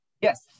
yes